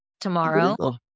tomorrow